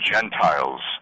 Gentiles